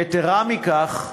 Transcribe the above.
יתרה מזו,